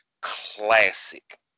classic